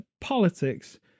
politics